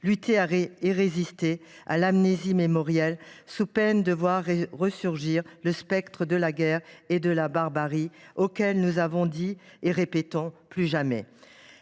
Lutter et résister à l’amnésie mémorielle, sous peine de voir ressurgir le spectre de la guerre et de la barbarie, face auxquelles nous devons sans fin répéter :« Plus jamais